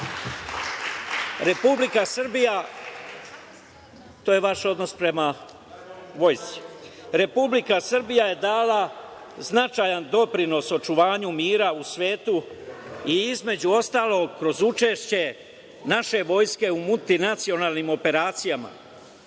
vojsci. Republika Srbija je dala značajan doprinos očuvanju mira u svetu i između ostalog kroz učešće naše vojske u multinacionalnim operacijama.